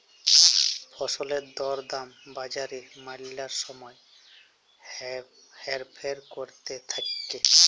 ফসলের দর দাম বাজারে ম্যালা সময় হেরফের ক্যরতে থাক্যে